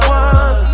one